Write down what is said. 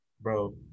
bro